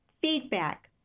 feedback